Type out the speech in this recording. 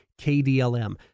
KDLM